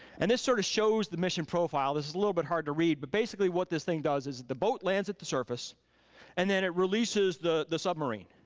and this sort of shows the mission profile, this is a little bit hard to read but basically what this thing does is the boat lands at the surface and then it releases the the submarine.